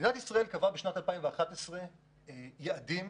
מדינת ישראל קבעה בשנת 2011 יעד של